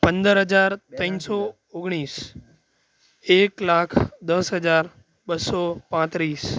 પંદર હજાર ત્રણસો ઓગણીસ એક લાખ દસ હજાર બસો પાંત્રીસ